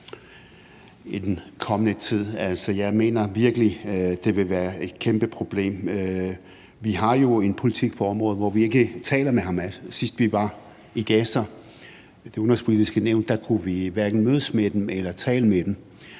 i den kommende tid. Jeg mener virkelig, det vil være et kæmpe problem. Vi har jo en politik på området om, at vi ikke taler med Hamas. Sidst vi var i Gaza med Det Udenrigspolitiske Nævn, kunne vi hverken mødes med dem eller tale med dem.